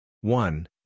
one